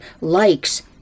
likes